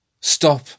Stop